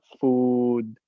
food